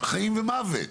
חיים ומוות.